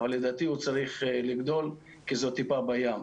אבל לדעתי הוא צריך לגדול כי זו טיפה בים.